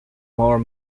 more